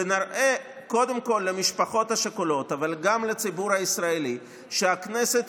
ונראה קודם כול למשפחות השכולות אבל גם לציבור הישראלי שהכנסת